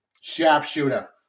Sharpshooter